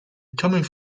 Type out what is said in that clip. coming